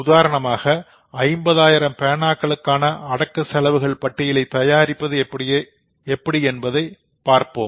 உதாரணமாக 50000 பேனாக்ளுக்கான அடக்க செலவுகள் பட்டியலை தயாரிப்பது எப்படி என்பதை பார்ப்போம்